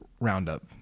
Roundup